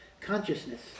consciousness